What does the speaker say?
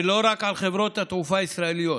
ולא רק על חברות התעופה הישראליות,